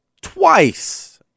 twice